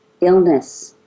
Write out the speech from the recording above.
illness